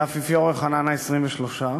והאפיפיור יוחנן ה-23.